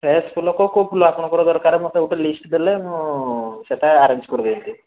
fresh ଫୁଲ କେଉଁ କେଉଁ ଫୁଲ ଆପଣଙ୍କର ଦରକାର ମୋତେ ଗୋଟେ ଲିଷ୍ଟ ଦେଲେ ମୁଁ ସେଇଟା ଆରେଞ୍ଜ କରିଦେଇଥିବେ